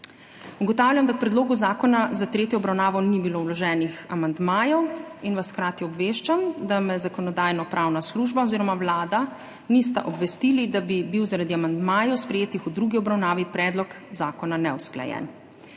Ugotavljam, da k predlogu zakona za tretjo obravnavo ni bilo vloženih amandmajev in vas hkrati obveščam, da me Zakonodajno-pravna služba oziroma Vlada nista obvestili, da bi bil zaradi amandmajev, sprejetih v drugi obravnavi, predlog zakona neusklajen.